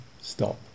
Stop